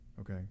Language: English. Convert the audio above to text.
Okay